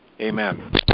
Amen